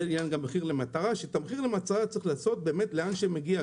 את מחיר מטרה צריך לעשות היכן שמגיע,